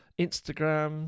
Instagram